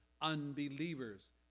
unbelievers